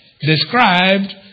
described